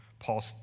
Paul